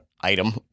item